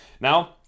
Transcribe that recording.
Now